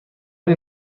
این